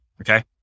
okay